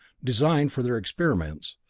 designed for their experiments,